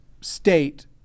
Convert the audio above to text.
state